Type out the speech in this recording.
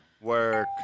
Work